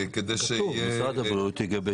כתוב שמשרד הבריאות יגבש נוהל.